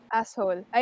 Asshole